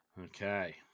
Okay